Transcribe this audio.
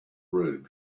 room